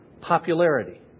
Popularity